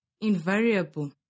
invariable